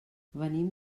venim